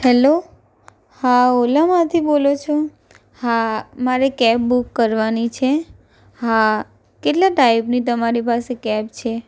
hello હા ઓલામાંથી બોલો છો હા મારે કેબ બુક કરવાની છે હા કેટલા ટાઇપની તમારી પાસે કેબ છે